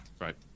Right